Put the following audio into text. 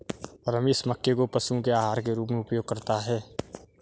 रमेश मक्के को पशुओं के आहार के रूप में उपयोग करता है